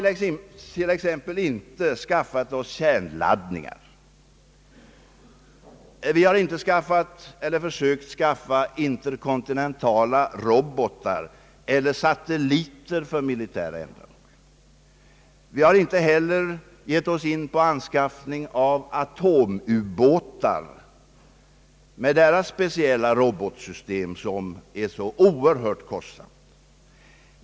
Vi har inte skaffat oss kärnladdningar, vi har aldrig gett oss in på att i det svenska försvaret försöka föra in interkontinentala robotar eller satelliter för militära ändamål. Vi har exempelvis inte försökt få fram egna atomubåtar, försedda med de alldeles speciella och mycket dyrbara robotsystem som dessa s.k. atomubåtar medför.